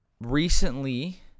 recently